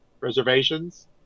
reservations